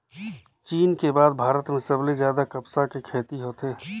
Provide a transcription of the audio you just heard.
चीन के बाद भारत में सबले जादा कपसा के खेती होथे